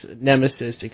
Nemesis